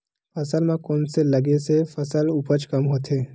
फसल म कोन से लगे से फसल उपज कम होथे?